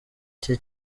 cye